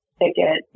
ticket